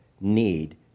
need